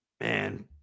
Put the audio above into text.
Man